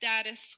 status